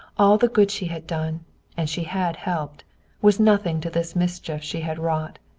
all the good she had done and she had helped was nothing to this mischief she had wrought.